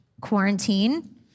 Quarantine